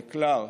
יקל"ר.